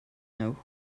know